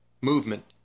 movement